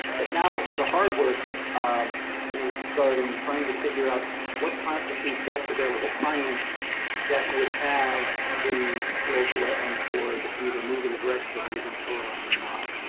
but now the hard work um is starting trying to figure out what constitutes best available science that would have the local wetlands board either move in the direction of a living shoreline or not.